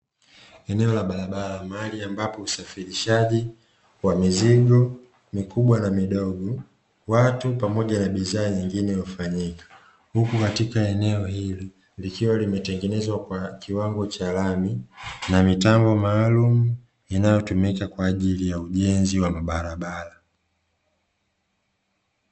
Eneo la barabara mahali ambapo usafirishaji wa mizigo mikubwa na midogo, watu pamoja na bidhaa nyingine hufanyika; huku katika eneo hili likiwa limetengenezwa kwa kiwango cha lami na mitambo maalumu, inayotumika kwa ajili ya ujenzi wa mabarabara.